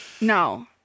No